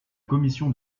commission